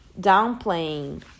downplaying